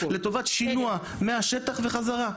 לטובת שינוע מהשטח וחזרה.